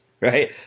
Right